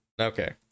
Okay